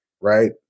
right